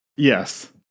yes